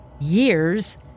years